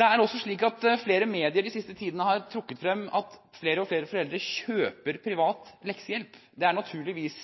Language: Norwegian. Det er også slik at flere medier den siste tiden har trukket frem at flere og flere foreldre kjøper privat leksehjelp. Det er naturligvis